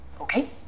okay